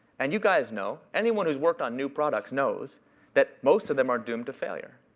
and you guys know. anyone's who's worked on new products knows that most of them are doomed to failure.